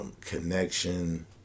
connection